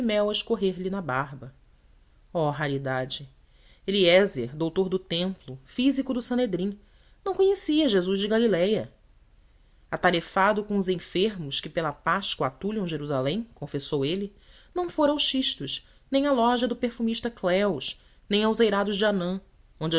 mel a escorrer-lhe na barba oh raridade eliézer doutor do templo físico do sanedrim não conhecia jesus de galiléia atarefado com os enfermos que pela páscoa atulham jerusalém confessou ele não fora ao xisto nem à loja do perfumista cleos nem aos eirados de hanão onde